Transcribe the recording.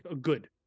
good